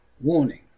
Warning